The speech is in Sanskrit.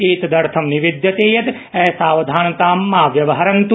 एतदर्थ निवेद्यते यत् असावधानतां मा व्यवहरन्त्